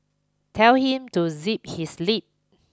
tell him to zip his lip